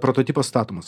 ne prototipas statomas